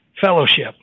fellowship